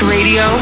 Radio